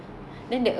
yes